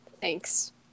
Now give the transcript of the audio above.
thanks